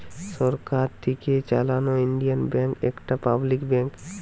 সরকার থিকে চালানো Indian bank একটা পাবলিক ব্যাঙ্ক